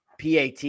PAT